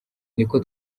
niko